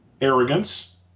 arrogance